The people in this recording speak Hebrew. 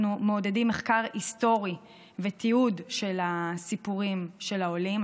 אנחנו מעודדים מחקר היסטורי ותיעוד של הסיפורים של העולים,